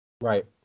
Right